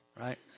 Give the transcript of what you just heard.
right